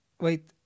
Wait